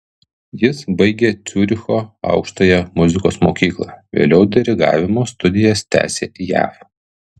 jis baigė ciuricho aukštąją muzikos mokyklą vėliau dirigavimo studijas tęsė jav